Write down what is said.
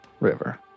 River